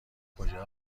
کجا